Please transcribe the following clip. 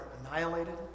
annihilated